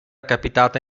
capitata